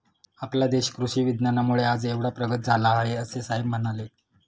आपला देश कृषी विज्ञानामुळे आज एवढा प्रगत झाला आहे, असे साहेब म्हणाले